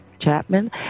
Chapman